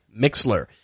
Mixler